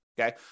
okay